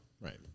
Right